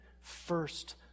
first